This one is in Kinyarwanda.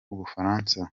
bufaransa